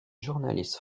journaliste